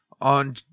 On